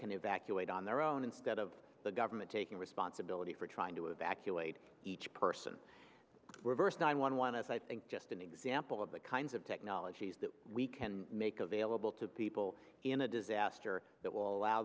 can evacuate on their own instead of the government taking responsibility for trying to evacuate each person were verse nine one one as i think just an example of the kinds of technologies that we can make available to people in a disaster that will allow